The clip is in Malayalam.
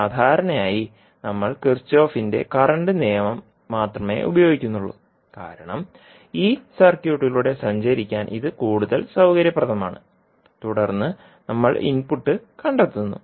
സാധാരണയായി നമ്മൾ കിർചോഫിന്റെ കറന്റ് നിയമം Kirchhoff's current law മാത്രമേ ഉപയോഗിക്കുന്നുള്ളൂ കാരണം ഈ സർക്യൂട്ടിലൂടെ സഞ്ചരിക്കാൻ ഇത് കൂടുതൽ സൌകര്യപ്രദമാണ് തുടർന്ന് നമ്മൾ ഇൻപുട്ട് കണ്ടെത്തുന്നു